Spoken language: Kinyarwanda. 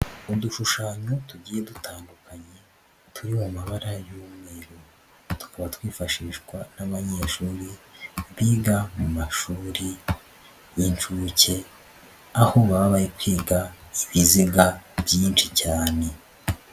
Udushushanyo tugiye dutandukanye turimo amabara y'umweruru, tukaba twifashishwa n'abanyeshuri biga mu mashuri y'inshuke, aho baba bari kwiga ibiziga byinshi cyane.